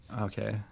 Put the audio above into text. Okay